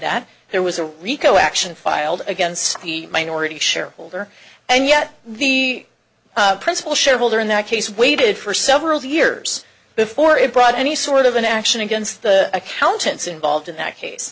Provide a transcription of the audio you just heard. that there was a rico action filed against the minority shareholder and yet the principal shareholder in that case waited for several years before it brought any sort of an action against the accountants involved in that case